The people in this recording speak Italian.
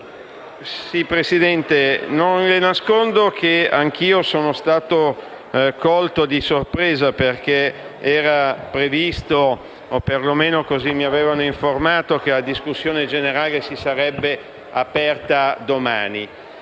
Presidente, non le nascondo che anche io sono stato colto di sorpresa, perché era previsto (perlomeno, così mi avevano informato) che la discussione generale si sarebbe aperta domani.